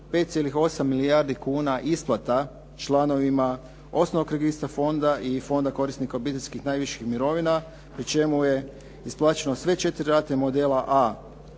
5,8 milijardi kuna isplata članovima osnovnog registra fonda i fonda korisnika obiteljskih najviših mirovina pri čemu je isplaćeno sve četiri rate modela A